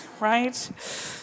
Right